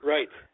Right